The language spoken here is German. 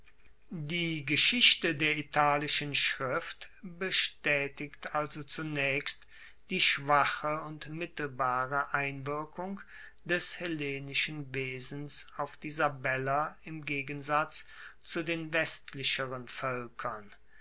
die geschichte der italischen schrift bestaetigt also zunaechst die schwache und mittelbare einwirkung des hellenischen wesens auf die sabeller im gegensatz zu den westlicheren voelkern